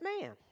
man